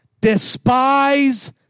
despise